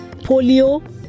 polio